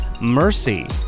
Mercy